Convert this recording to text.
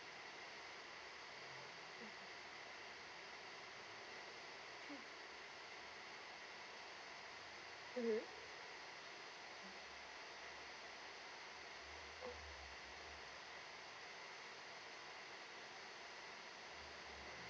mmhmm